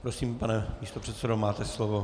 Prosím, pane místopředsedo, máte slovo.